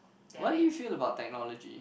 what do you feel about technology